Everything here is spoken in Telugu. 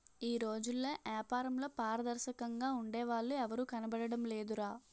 ఈ రోజుల్లో ఏపారంలో పారదర్శకంగా ఉండే వాళ్ళు ఎవరూ కనబడడం లేదురా